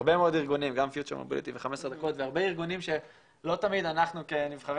הרבה מאוד ארגונים שלא תמיד אנחנו כנבחרי